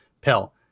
pill